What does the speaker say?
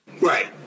Right